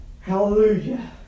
Hallelujah